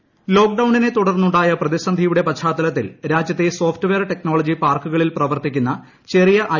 T യൂണിറ്റുകൾ ലോക്ക് ഡൌണിനെ തുടർന്നുണ്ടാ്യ പ്രതിസന്ധിയുടെ പശ്ചാത്തലത്തിൽ രാജ്യത്ത്െ ്സോഫ്റ്റ് വെയർ ടെക്നോളജി പാർക്കുകളിൽ പ്രവർത്തിക്കുന്ന ചെറിയ ഐ